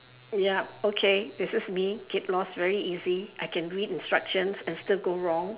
yup okay this is me get lost very easy I can read instructions and still go wrong